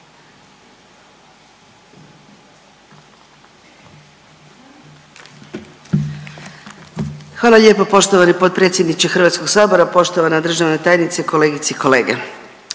Hvala lijepa. Poštovani potpredsjedniče HS-a, poštovana državna tajnice, kolegice i kolege.